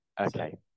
okay